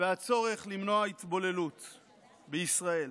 והצורך למנוע התבוללות בישראל.